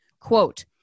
Quote